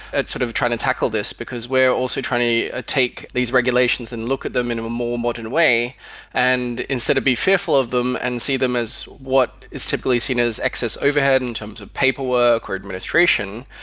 at sort of trying to tackle this because we're also trying to ah take these regulations and look at the minimum, more modern way and instead of being fearful of them and see them as what is typically seen as excess overhead in terms of paperwork or administration,